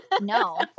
no